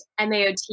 MAOT